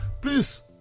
Please